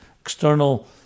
external